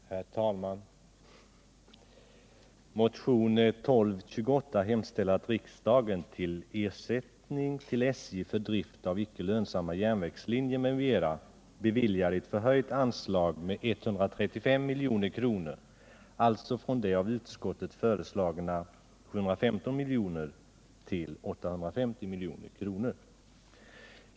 Herr talman! I motionen 1228 hemställs att riksdagen till Ersättning till SJ för drift av icke lönsamma järnvägslinjer m.m. beviljar ett med 135 milj.kr. förhöjt anslag, alltså från av utskottet föreslagna 715 milj.kr. till 850 milj.kr.